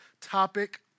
topic